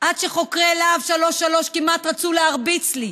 עד שחוקרי להב 433 כמעט רצו להרביץ לי?